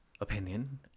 opinion